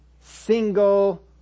single